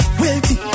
wealthy